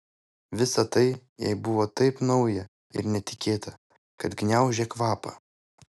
visa tai jai buvo taip nauja ir netikėta kad gniaužė kvapą